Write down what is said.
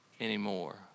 anymore